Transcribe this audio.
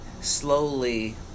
slowly